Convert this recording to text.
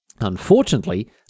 Unfortunately